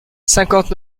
cinquante